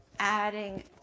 adding